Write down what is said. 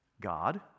God